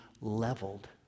leveled